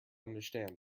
understand